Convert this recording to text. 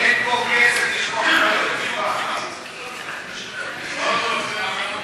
אין פה כסף, אתה יודע למה אנחנו נגד פה.